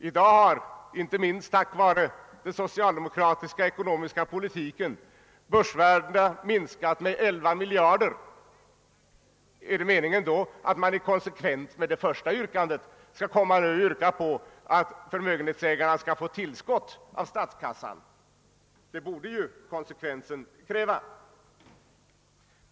I dag har, inte minst på grund av den socialdemokratiska ekonomiska politiken, börsvärdena minskat med 11 miljarder. är det meningen då att man i konsekvens med det första yrkandet skall föreslå att förmögenhetsägarna skall få tillskott av statskassan? Det borde ju som sagt konsekvensen kräva.